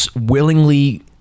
willingly